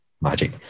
Magic